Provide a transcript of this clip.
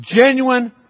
genuine